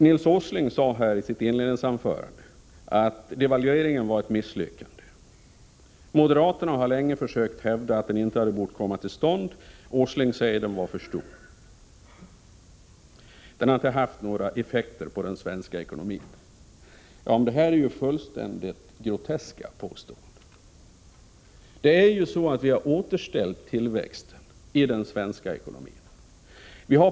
Nils Åsling sade i sitt inledningsanförande att devalveringen var ett misslyckande. Moderaterna har länge försökt hävda att den inte borde ha kommit till stånd. Åsling säger att den var för stor och att den inte har haft några effekter på den svenska ekonomin. Detta är fullständigt groteska påståenden. Det är ju så att vi har återställt tillväxten i den svenska ekonomin.